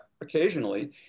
occasionally